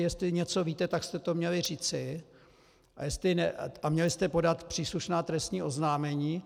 Jestli něco víte, tak jste to měli říci a měli jste podat příslušná trestní oznámení.